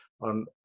on